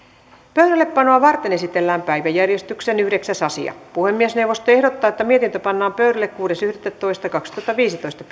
pöydällepanoa varten esitellään päiväjärjestyksen yhdeksäs asia puhemiesneuvosto ehdottaa että mietintö pannaan pöydälle kuudes yhdettätoista kaksituhattaviisitoista